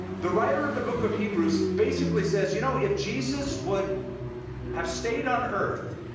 the writer of the book of hebrews basically says, you know, if jesus would have stayed on earth,